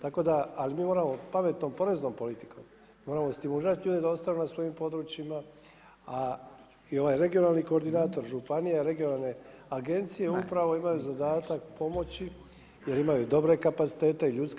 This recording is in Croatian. Tako, da, ali mi moramo pametnom poreznom politikom, moramo stimulirati ili da ostanu na svojim područjima, a i ovaj regionalni koordinator, županije, regionalne agencije, upravo imaju zadatak pomoći, jer imaju dobre kapacitete ljudske.